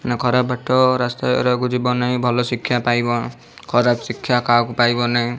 ନା ଖରାପ ବାଟ ରାସ୍ତାକୁ ଯିବ ନାହିଁ ଭଲ ଶିକ୍ଷା ପାଇବ ଖରାପ ଶିକ୍ଷା କାହାକୁ ପାଇବନାହିଁ